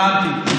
הבנתי.